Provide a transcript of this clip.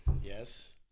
yes